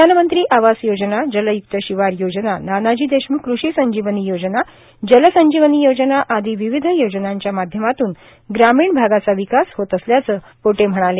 प्रधानमंत्री आवास योजना जलय़क्त शिवार योजना नानाजी देशमुख कृषी संजीवनी योजना जलसंजीवनी योजना आदी विविध योजनांच्या माध्यमातून ग्रामीण भागाचा विकास होत असल्याचं पोटे म्हणाले